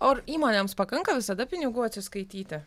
o ar įmonėms pakanka visada pinigų atsiskaityti